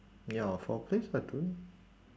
ya for place I don't